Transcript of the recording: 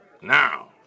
Now